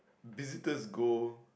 visitors go